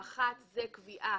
האחת היא קביעה,